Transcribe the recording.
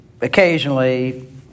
occasionally